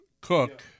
Cook